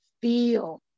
feel